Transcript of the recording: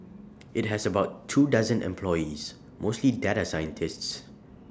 IT has about two dozen employees mostly data scientists